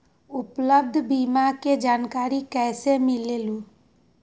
उपलब्ध बीमा के जानकारी कैसे मिलेलु?